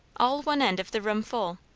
all one end of the room full.